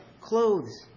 clothes